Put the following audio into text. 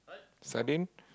sardine